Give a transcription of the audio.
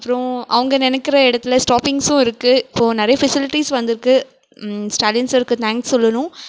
அப்புறம் அவங்க நினைக்கற இடத்துல ஸ்டாப்பிங்க்ஸும் இருக்குது இப்போது நிறைய ஃபெசிலிட்டிஸ் வந்திருக்கு ஸ்டாலின் சார்க்கு தேங்க்ஸ் சொல்லணும்